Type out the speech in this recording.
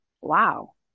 wow